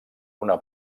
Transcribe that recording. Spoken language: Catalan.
una